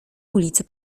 ulicy